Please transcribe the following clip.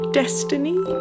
destiny